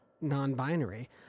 non-binary